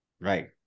right